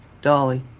Dolly